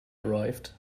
arrived